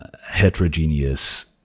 heterogeneous